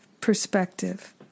perspective